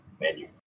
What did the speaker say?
menu